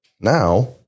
Now